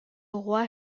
roi